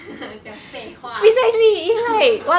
讲废话